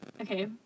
okay